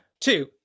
Two